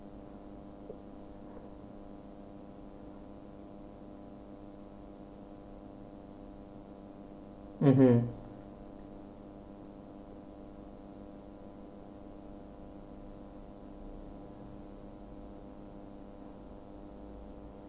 mmhmm